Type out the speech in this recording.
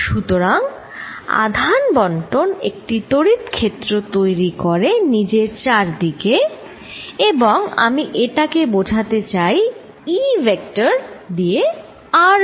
সুতরাং আধান বন্টন একটি তড়িৎ ক্ষেত্র তৈরি করে নিজের চারিদিকে এবং আমি এটা কে বোঝাতে চাই E ভেক্টর দিয়ে r বিন্দু তে